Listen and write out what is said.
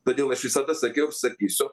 todėl aš visada sakiau ir sakysiu